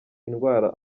indwara